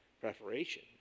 preparation